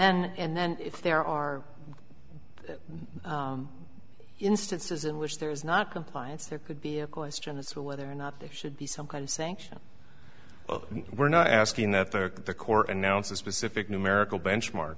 then and then if there are instances in which there is not compliance there could be a question as to whether or not there should be some kind of sanction we're not asking that the corps announce a specific numerical benchmark